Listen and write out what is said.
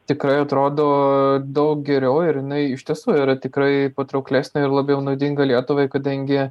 tikrai atrodo daug geriau ir jinai iš tiesų yra tikrai patrauklesnė ir labiau naudinga lietuvai kadangi